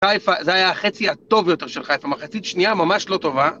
חיפה, זה היה החצי הטוב יותר של חיפה, מחצית שנייה ממש לא טובה.